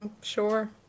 Sure